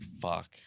Fuck